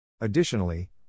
Additionally